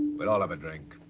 we'll all have a drink.